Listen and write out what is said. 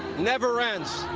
never ends.